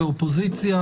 אלא קואליציה ואופוזיציה,